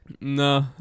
No